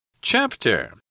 Chapter